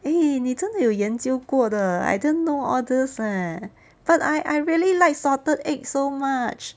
eh 你真的有研究过的 I didn't know all these leh but I I really like salted egg so much